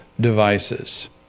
devices